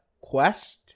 quest